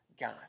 God